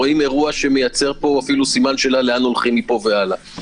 רואים אירוע שמייצר פה אפילו סימן שאלה לאן הולכים מפה והלאה.